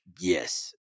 Yes